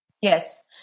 Yes